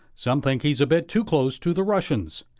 some think he is a bit too close to the russians.